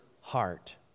heart